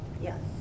Yes